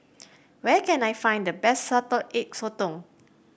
where can I find the best Salted Egg Sotong